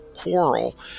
quarrel